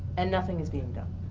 and nothing is being done.